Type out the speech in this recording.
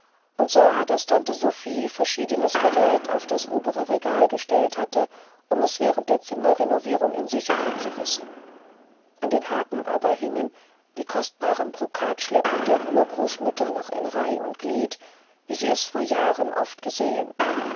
und sah daß tante sophie verschiedenes gerät auf das obere regal gestellt hatte um es während der zimmerrenovierung in sicherheit zu wissen an den haken aber hingen die kostbaren brokatschleppen der urgroßmütter noch in reih und glied wie sie es vor jahren oft gesehen